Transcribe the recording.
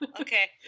Okay